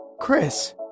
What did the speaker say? Chris